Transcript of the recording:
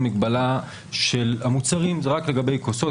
המגבלה של המוצרים היא רק לגבי כוסות,